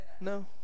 No